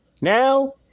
Now